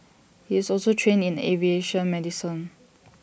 he is also trained in aviation medicine